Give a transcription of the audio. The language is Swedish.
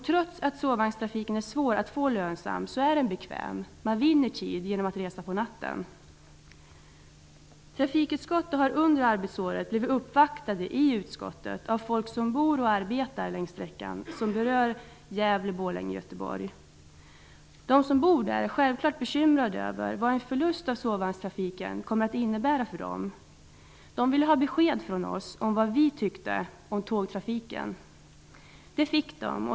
Trots att sovvagnstrafiken är svår att få lönsam är den bekväm. Man vinner tid genom att resa på natten. Trafikutskottet har under arbetsåret uppvaktats av folk som bor och arbetar längs sträckan Gävle-- Borlänge--Göteborg. De som bor där är självfallet bekymrade över vad en förlust av sovvagnstrafiken kommer att innebära för dem. De ville ha besked från oss om vad vi tyckte om tågtrafiken. Det fick de.